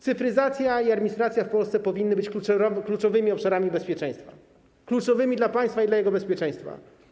Cyfryzacja i administracja w Polsce powinny być kluczowymi obszarami bezpieczeństwa, kluczowymi dla państwa i dla jego bezpieczeństwa.